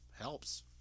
helps